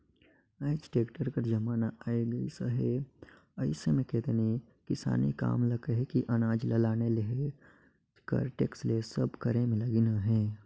आएज टेक्टर कर जमाना आए गइस अहे अइसे में केतनो किसानी काम ल कहे कि अनाज ल लाने लेइजे कर टेक्टर ले सब करे में लगिन अहें